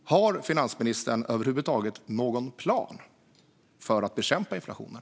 Har finansministern över huvud taget någon plan för att bekämpa inflationen?